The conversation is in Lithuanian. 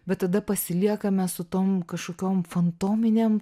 bet tada pasiliekame su tom kažkokiom fantominėm